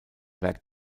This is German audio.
werk